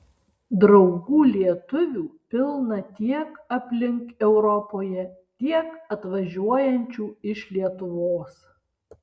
draugų lietuvių pilna tiek aplink europoje tiek atvažiuojančių iš lietuvos